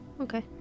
Okay